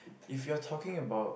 if you're talking about